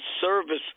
service